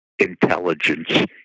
intelligence